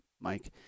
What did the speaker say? Mike